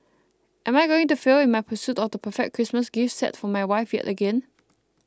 am I going to fail in my pursuit of the perfect Christmas gift set for my wife yet again